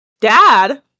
Dad